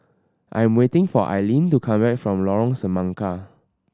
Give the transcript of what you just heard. I am waiting for Ailene to come back from Lorong Semangka